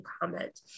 comment